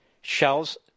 Shells